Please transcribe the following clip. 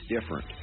different